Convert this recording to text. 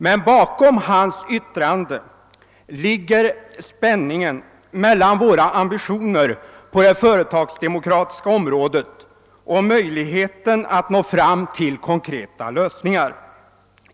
Men hans yttrande karakteriserar spänningen mellan våra ambitioner på det företagsdemokratiska området och möjligheten att nå fram till konkreta lösningar.